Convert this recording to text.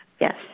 Yes